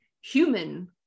human